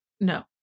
No